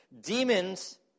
Demons